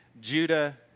Judah